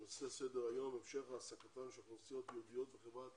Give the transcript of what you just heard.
הנושא על סדר היום הוא המשך העסקתם של אוכלוסיות ייעודיות בחברת